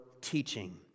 teaching